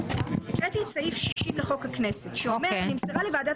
הקראתי את סעיף 60 לחוק הכנסת שאומר: נמסרה לוועדת